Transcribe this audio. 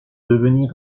devenir